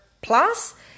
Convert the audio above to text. plus